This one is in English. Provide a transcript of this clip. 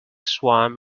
swam